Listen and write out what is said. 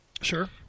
Sure